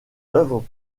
œuvres